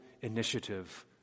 initiative